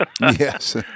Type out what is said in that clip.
Yes